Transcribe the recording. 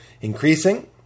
increasing